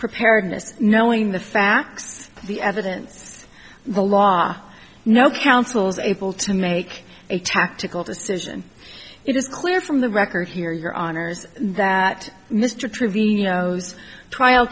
preparedness knowing the facts the evidence the law no councils able to make a tactical decision it is clear from the record here your honour's that mr trevino's trial